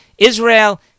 Israel